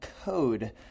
code